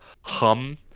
hum